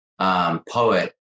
poet